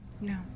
no